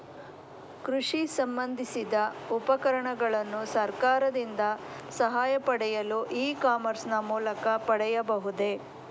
ಕೃಷಿ ಸಂಬಂದಿಸಿದ ಉಪಕರಣಗಳನ್ನು ಸರ್ಕಾರದಿಂದ ಸಹಾಯ ಪಡೆಯಲು ಇ ಕಾಮರ್ಸ್ ನ ಮೂಲಕ ಪಡೆಯಬಹುದೇ?